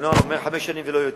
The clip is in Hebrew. כשהנוהל אומר חמש שנים ולא יותר.